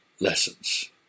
lessons